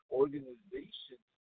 organizations